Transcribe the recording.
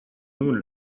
moon